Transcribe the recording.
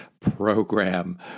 program